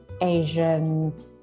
asian